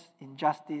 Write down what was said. injustice